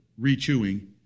rechewing